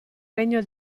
regno